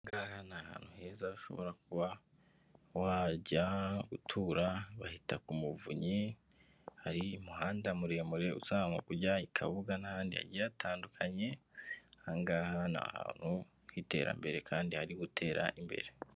Aha ngaha ni ahantu heza ushobora kuba wajya gutura, bahita ku Muvunyi, hari umuhanda muremure uzamuka ujya i Kabuga n'ahandi hagiye hatandukanye, aha ngaha ni ahantu h'iterambere kandi hari gutera imbere.